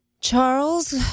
Charles